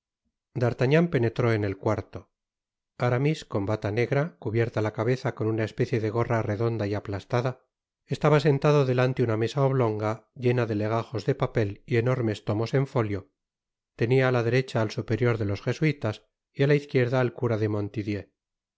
d'artagnan penetró en el cuarto aramis con bata negra cubierta la cabeza con una especie de gorra redonda y aplastada estaba sentado delante una mesa oblonga llena de legajos de papel y enormes tomos en fólio tenia á la derecha al superior de los jesuitas y á la izquierda al cura de